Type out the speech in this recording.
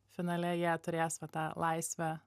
finale jie turės va tą laisvę